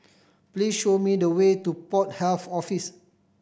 please show me the way to Port Health Office